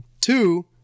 two